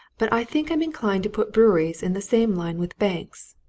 but i think i'm inclined to put breweries in the same line with banks.